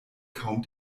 kaum